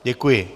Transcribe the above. Děkuji.